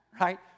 Right